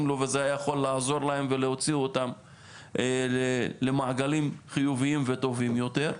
לו שהיה יכול לעזור להם ולהוציא אותם למעגלים חיוביים וטובים יותר.